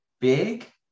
big